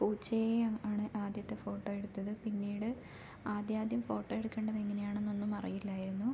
പൂച്ചയെ ആണ് ആദ്യത്തെ ഫോട്ടോ എടുത്തത് പിന്നീട് ആദ്യമാദ്യം ഫോട്ടോ എടുക്കേണ്ടത് എങ്ങനെ ആണ് എന്നൊന്നും അറിയില്ലായിരുന്നു